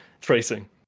Tracing